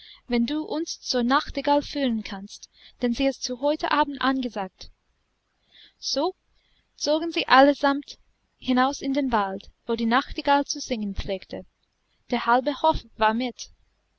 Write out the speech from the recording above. wenn du uns zur nachtigall führen kannst denn sie ist zu heute abend angesagt so zogen sie allesamt hinaus in den wald wo die nachtigall zu singen pflegte der halbe hof war mit